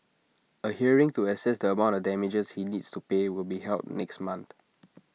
A hearing to assess the amount of damages he needs to pay will be held next month